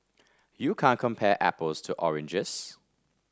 you can't compare apples to oranges